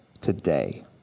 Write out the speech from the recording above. today